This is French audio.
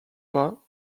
pas